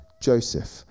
Joseph